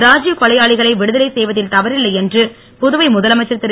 ராஜீவ் கொலையாளிகளை விடுதலை செய்வதில் தவறில்லை என்று புதுவை முதலமைச்சர் திரு